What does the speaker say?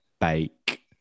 bake